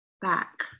back